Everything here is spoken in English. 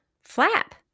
flap